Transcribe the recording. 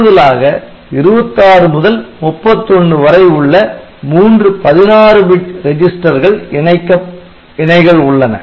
கூடுதலாக 26 முதல் 31 வரை உள்ள மூன்று 16 பிட் ரெஜிஸ்டர் இணைகள் உள்ளன